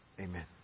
Amen